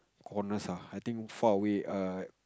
corners ah I think far away err